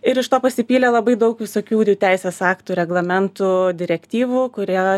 ir iš to pasipylė labai daug visokių teisės aktų reglamentų direktyvų kurie